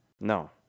No